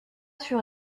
sur